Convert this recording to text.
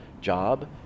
job